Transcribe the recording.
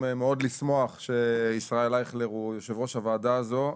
לשמוח מאוד שישראל אייכלר הוא יו"ר הוועדה הזו,